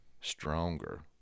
stronger